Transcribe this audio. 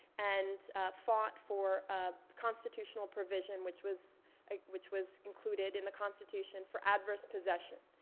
and fought for ah constitutional provision which was which was included in the constitution for adverse possession.